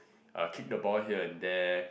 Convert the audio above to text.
uh kick the ball here and there